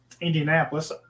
Indianapolis